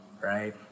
right